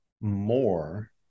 more